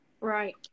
right